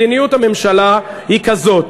מדיניות הממשלה היא כזאת,